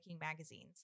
magazines